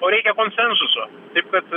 o reikia konsensuso taip kad